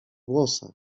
włosach